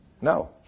No